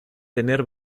tener